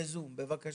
בזום, בבקשה.